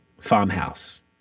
farmhouse